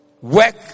Work